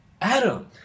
Adam